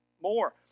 more